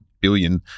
billion